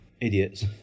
Idiots